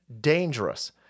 dangerous